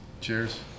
Cheers